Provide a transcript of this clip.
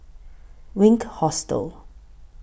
Wink Hostel